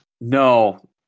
No